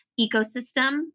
ecosystem